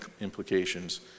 implications